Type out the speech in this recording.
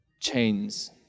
chains